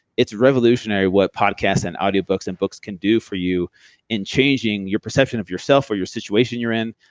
it's revolutionary what podcasts and audiobooks and books can do for you in changing your perception of yourself or your situation you're in.